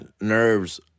nerves